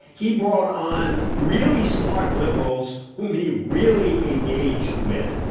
he brought on really smart liberals whom he really engaged with.